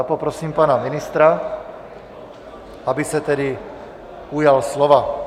Poprosím pana ministra, aby se tedy ujal slova.